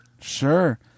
Sure